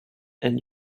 and